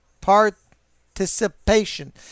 Participation